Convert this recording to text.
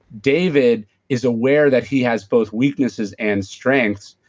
david is aware that he has both weaknesses and strengths,